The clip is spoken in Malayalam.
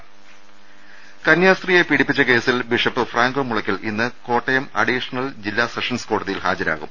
ദർശ്ശേര കന്യാസ്ത്രീയെ പീഡിപ്പിച്ച കേസിൽ ബിഷപ്പ് ഫ്രാങ്കോ മുളക്കൽ ഇന്ന് കോട്ടയം അഡീഷണൽ ജില്ലാ സെഷൻസ് കോടതിയിൽ ഹാജരാകും